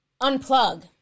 unplug